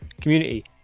community